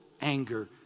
anger